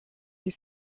die